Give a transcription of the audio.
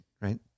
right